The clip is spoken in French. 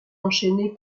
enchaîné